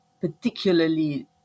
particularly